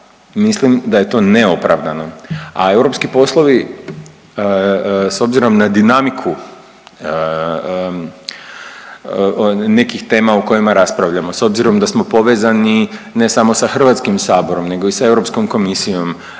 mislim da je to neopravdano, a europski poslovi s obzirom na dinamiku nekih tema o kojima raspravljamo. S obzirom da smo povezani ne samo sa Hrvatskim saborom, nego i sa Europskom komisijom